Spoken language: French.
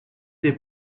des